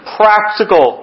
practical